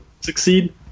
succeed